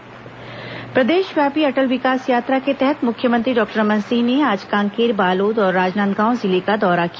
अटल विकास यात्रा प्रदेशव्यापी अटल विकास यात्रा के तहत मुख्यमंत्री डॉक्टर रमन सिंह ने आज कांकेर बालोद और राजनांदगांव जिले का दौरा किया